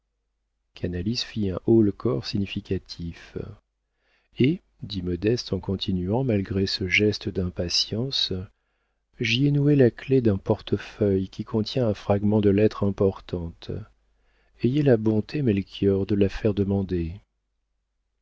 fit un haut-le-corps significatif et dit modeste en continuant malgré ce geste d'impatience j'y ai noué la clef d'un portefeuille qui contient un fragment de lettre importante ayez la bonté melchior de la faire demander